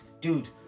dude